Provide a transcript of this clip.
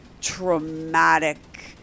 traumatic